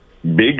Big